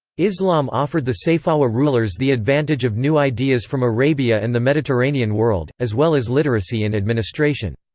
islam offered the sayfawa rulers the advantage of new ideas from arabia and the mediterranean world, as well as literacy in administration.